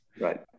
right